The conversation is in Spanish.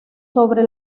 sobre